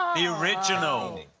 the original.